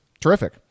terrific